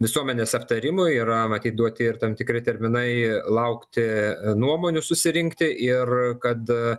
visuomenės aptarimui yra matyt duoti ir tam tikri terminai laukti nuomonių susirinkti ir kad